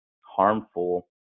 harmful